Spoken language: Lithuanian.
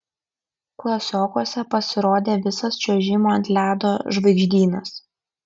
klasiokuose pasirodė visas čiuožimo ant ledo žvaigždynas